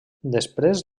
després